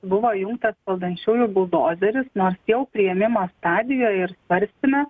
buvo įjungtas valdančiųjų buldozeris nors jau priėmimo stadijoj ir svarstyme